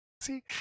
See